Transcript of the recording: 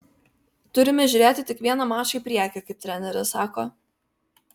turime žiūrėti tik vieną mačą į priekį kaip treneris sako